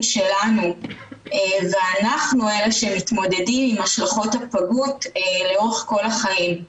שלנו ואנחנו אלה שמתמודדים עם השלכות הפגות לאורך כל החיים.